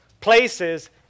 places